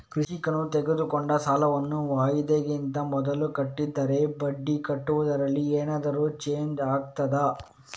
ಕೃಷಿಕನು ತೆಗೆದುಕೊಂಡ ಸಾಲವನ್ನು ವಾಯಿದೆಗಿಂತ ಮೊದಲೇ ಕಟ್ಟಿದರೆ ಬಡ್ಡಿ ಕಟ್ಟುವುದರಲ್ಲಿ ಏನಾದರೂ ಚೇಂಜ್ ಆಗ್ತದಾ?